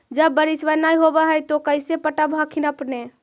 जब बारिसबा नय होब है तो कैसे पटब हखिन अपने?